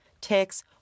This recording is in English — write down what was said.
ticks